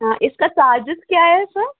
हाँ इसका चार्जेस क्या है सर